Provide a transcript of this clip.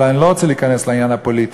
אבל אני לא רוצה להיכנס לעניין הפוליטי,